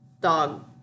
dog